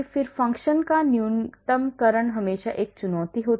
किसी फ़ंक्शन का न्यूनतमकरण हमेशा एक चुनौती होती है